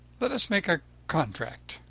let us make a contract.